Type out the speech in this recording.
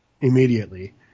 immediately